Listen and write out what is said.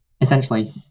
essentially